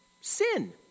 sin